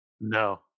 No